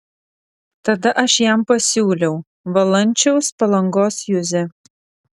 tada aš jam pasiūliau valančiaus palangos juzę